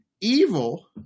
evil